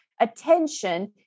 attention